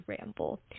ramble